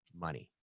money